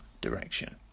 direction